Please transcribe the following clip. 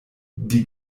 die